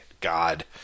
God